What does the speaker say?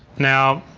now,